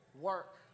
Work